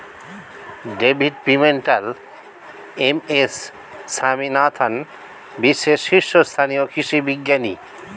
David Pimentel, M S Swaminathan বিশ্বের শীর্ষস্থানীয় কৃষি বিজ্ঞানী